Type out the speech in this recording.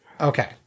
Okay